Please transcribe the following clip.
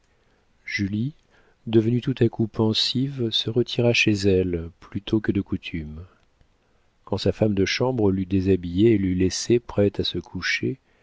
mélancolie julie devenue tout à coup pensive se retira chez elle plus tôt que de coutume quand sa femme de chambre l'eut déshabillée et l'eut laissée prête à se coucher